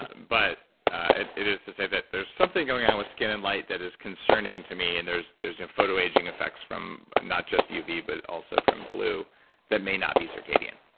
but and it is to say that there's something going on with skin and light that is concerning to me. and there's a you know photoaging effects from not just uv, but also from blue that may not be circadian,